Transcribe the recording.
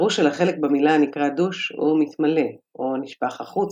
הפירוש של החלק במילה הנקרא düş הוא "מתמלא" או "נשפך החוצה",